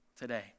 today